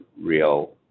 real